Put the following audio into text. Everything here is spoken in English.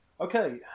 Okay